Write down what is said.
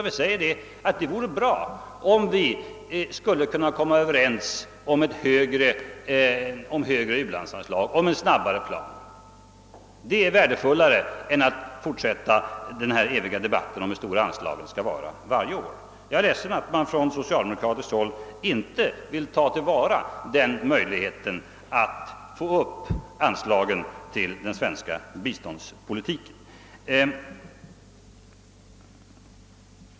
Vi säger att det vore bra om vi kunde komma överens om en snabbare ökning av u-landsanslagen. Jag är ledsen över att man från socialdemokratiskt håll inte vill ta till vara den möjligheten att få upp anslagen till den svenska biståndspolitiken.